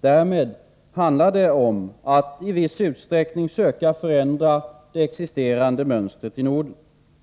Därmed handlar det om att i viss utsträckning försöka förändra det existerande mönstret i Norden;